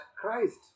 Christ